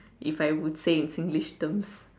if I would say in Singlish terms